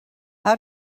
how